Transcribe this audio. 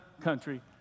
country